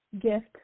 gift